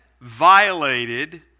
violated